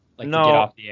No